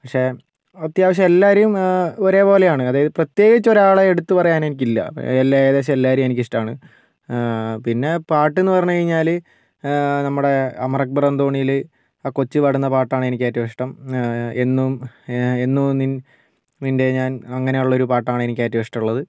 പക്ഷേ അത്യാവശ്യം എല്ലാവരേയും ഒരേപോലെയാണ് അതായത് പ്രത്യേകിച്ചൊരാളെ എടുത്തു പറയാനെനിക്കില്ല എല്ലാം ഏകദേശം എല്ലാവരേയും എനിക്കിഷ്ടമാണ് പിന്നെ പാട്ടെന്നു പറഞ്ഞു കഴിഞ്ഞാൽ പിന്നെ നമ്മുടെ അമർ അക്ബർ അന്തോണിയിൽ ആ കൊച്ച് പാടുന്ന പാട്ടാണ് എനിക്കേറ്റവും ഇഷ്ടം എന്നും എന്നു നിൻ നിൻ്റെ ഞാൻ അങ്ങനെയുള്ളൊരു പാട്ടാണ് എനിക്കേറ്റവും ഇഷ്ടം ഉള്ളത്